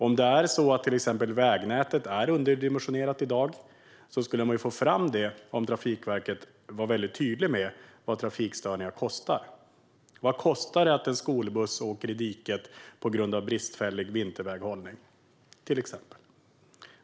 Om det är så att till exempel vägnätet är underdimensionerat i dag skulle man ju få fram det om Trafikverket var väldigt tydligt med vad trafikstörningar kostar. Vad kostar det till exempel att en skolbuss åker i diket på grund av bristfällig vinterväghållning?